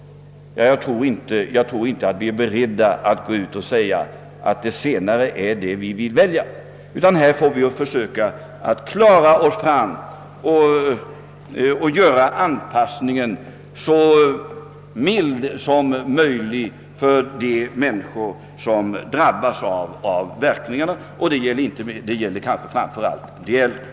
Jag tror inte att vi är beredda att gå ut och säga till människorna att vi väljer det senare alternativet. Vi får försöka klara anpassningen med så litet obehag som möjligt för de människor som drabbas av verkningarna, d. v. s. kanske framför allt de äldre.